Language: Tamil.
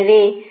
எனவே உங்கள்